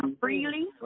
freely